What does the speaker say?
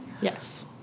Yes